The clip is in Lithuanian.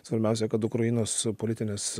svarbiausia kad ukrainos politinės